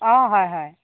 অ হয় হয়